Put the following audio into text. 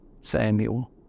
Samuel